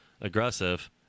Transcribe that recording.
aggressive